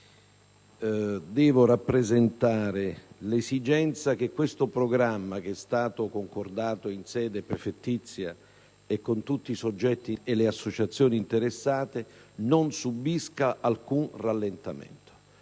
devo rappresentare l'esigenza che questo programma, che è stato concordato in sede prefettizia e con tutti i soggetti e le associazioni interessati, non subisca alcun rallentamento.